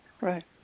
right